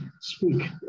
speak